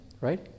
right